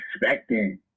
expecting